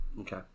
okay